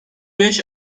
beş